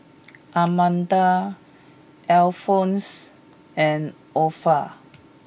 Amanda Alphonse and Orpha